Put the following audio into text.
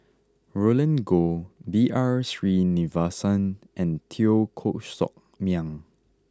Roland Goh B R Sreenivasan and Teo Koh Sock Miang